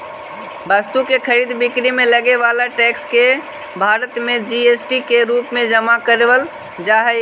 वस्तु के खरीद बिक्री में लगे वाला टैक्स के भारत में जी.एस.टी के रूप में जमा करावल जा हई